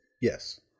Yes